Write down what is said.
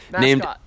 named